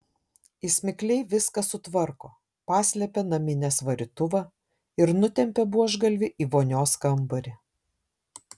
jis mikliai viską sutvarko paslepia naminės varytuvą ir nutempia buožgalvį į vonios kambarį